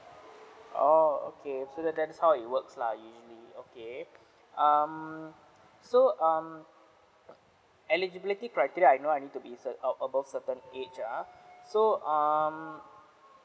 oh okay so that that's how it works lah usually okay um so um eligibility criteria I know I need to be ce~ uh above certain age ah so um